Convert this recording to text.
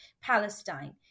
Palestine